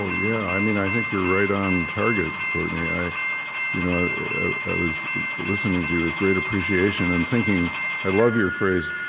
yeah. i mean, i think you're right on target, courtney. i you know i was listening to you with great appreciation and thinking i love your phrase,